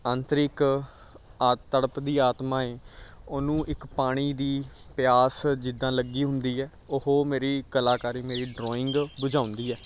ਆਂਤ੍ਰਿਕ ਆ ਤੜਫਦੀ ਆਤਮਾ ਹੈ ਉਹਨੂੰ ਇੱਕ ਪਾਣੀ ਦੀ ਪਿਆਸ ਜਿੱਦਾਂ ਲੱਗੀ ਹੁੰਦੀ ਹੈ ਉਹ ਮੇਰੀ ਕਲਾਕਾਰੀ ਮੇਰੀ ਡਰੋਇੰਗ ਬੁਝਾਉਂਦੀ ਹੈ